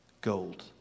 Gold